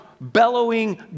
bellowing